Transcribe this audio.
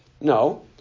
No